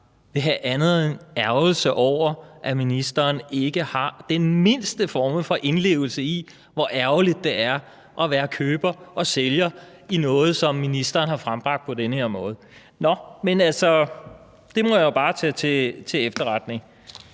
vil have andet end ærgelse over, at ministeren ikke har den mindste form for indlevelse i, hvor ærgerligt det er at være køber og sælger i noget, som ministeren har frembragt på den her måde. Nå, men det må jeg jo bare tage til efterretning.